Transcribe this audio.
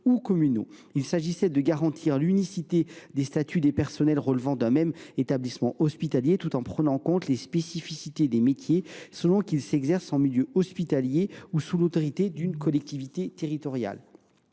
Il s’agissait de garantir l’unicité des statuts des personnels relevant d’un même établissement hospitalier, tout en tenant compte des spécificités des métiers selon qu’ils s’exercent en milieu hospitalier ou sous l’autorité d’une collectivité territoriale.